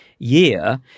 Year